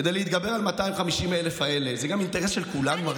אנחנו רוצים גם שוטרים לשעבר.